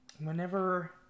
Whenever